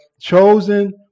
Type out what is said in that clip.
chosen